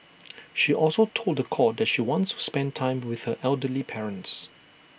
she also told The Court that she wants to spend time with her elderly parents